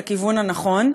בכיוון הנכון.